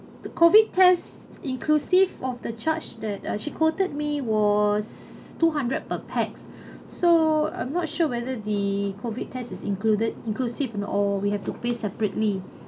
the COVID test inclusive of the charge that uh she quoted me was two hundred per pax so I'm not sure whether the COVID test is included inclusive or not or we have to pay separately